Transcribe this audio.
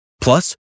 Plus